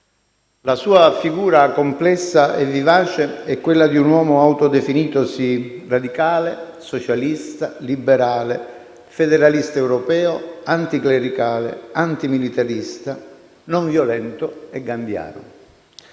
La sua figura, complessa e vivace, è quella di un uomo autodefinitosi «radicale, socialista, liberale, federalista europeo, anticlericale, antimilitarista, non violento e gandhiano».